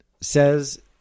says